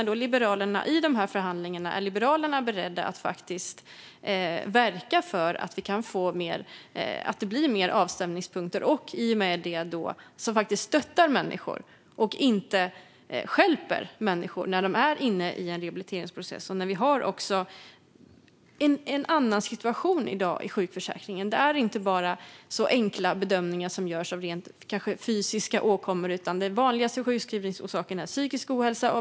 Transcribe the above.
Är Liberalerna beredda att i dessa förhandlingar verka för att det faktiskt blir avstämningspunkter - och att vi i och med det stöttar, inte stjälper, människor när de är inne i en rehabiliteringsprocess? Vi har i dag en annan situation i sjukförsäkringen; det görs inte bara enkla bedömningar av kanske rent fysiska åkommor, utan den vanligaste sjukskrivningsorsaken är psykisk ohälsa.